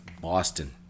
Boston